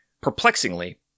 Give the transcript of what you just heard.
perplexingly